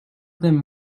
them